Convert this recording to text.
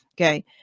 Okay